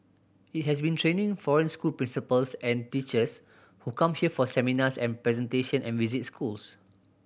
it has been training foreign school principals and teachers who come here for seminars and presentation and visit schools